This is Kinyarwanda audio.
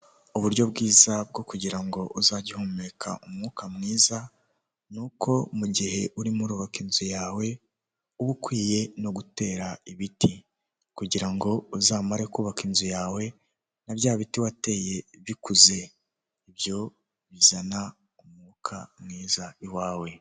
Uburyo bwiza bwo kugira ngo uzajye uhumeka umwuka mwiza, ni uko mu gihe urimo urubaka inzu yawe uba ukwiye no gutera ibiti. Kugira ngo uzamare kubaka inzu yawe, na bya biti wateye bikuze. Ibyo bizana umwuka mwiza iwawe.